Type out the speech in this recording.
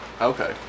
Okay